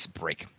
break